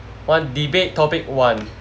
one debate topic one